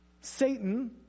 Satan